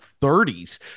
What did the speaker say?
30s